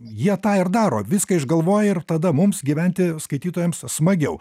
jie tą ir daro viską išgalvoja ir tada mums gyventi skaitytojams smagiau